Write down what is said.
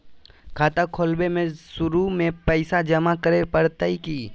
खाता खोले में शुरू में पैसो जमा करे पड़तई की?